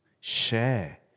share